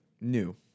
new